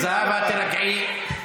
זהבה, תירגעי.